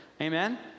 Amen